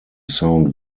sound